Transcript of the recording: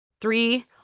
Three